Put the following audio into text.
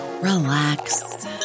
relax